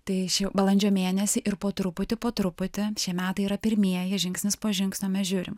tai išėjo balandžio mėnesį ir po truputį po truputį šie metai yra pirmieji žingsnis po žingsnio mes žiūrim